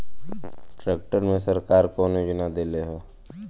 Tractor मे सरकार कवन योजना देले हैं?